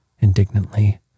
indignantly